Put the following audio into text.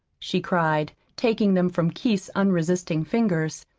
she cried, taking them from keith's unresisting fingers.